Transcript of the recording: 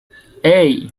hey